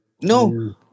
No